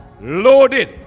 Loaded